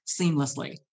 seamlessly